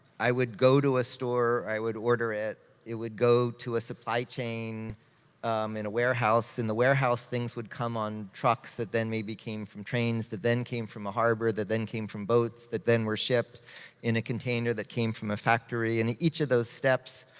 i would go to a store, i would order it, it would go to a supply chain um in a warehouse. in the warehouse, things would come on trucks, that then maybe came from trains, that then came from a harbor, that then came from boats, that then were shipped in a container that came from a factory. in each of those steps,